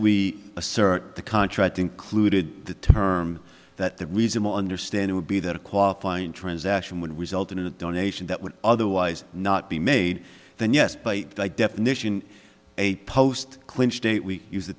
we assert the contract included the term that the reason will understand it would be that a qualifying transaction would result in a donation that would otherwise not be made then yes by definition a post clinch date we use the